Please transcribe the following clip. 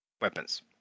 weapons